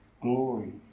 glory